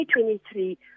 2023